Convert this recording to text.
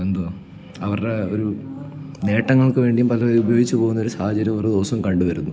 എന്തുവാ അവരുടെ ഒരു നേട്ടങ്ങൾക്ക് വേണ്ടിയും പലരീതിയിൽ ഉപയോഗിച്ചുപോകുന്നൊരു സാഹചര്യം ഓരോദിവസവും കണ്ടുവരുന്നു